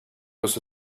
los